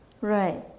Right